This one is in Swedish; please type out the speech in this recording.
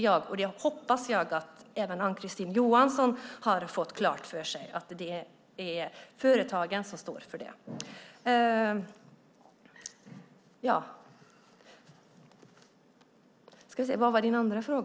Jag hoppas att även Ann-Kristine Johansson har fått klart för sig att det är företagen som står för det.